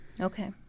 Okay